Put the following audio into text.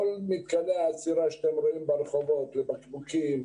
כל מתקני האצירה שאתם רואים ברחובות לבקבוקים,